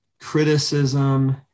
criticism